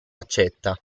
accetta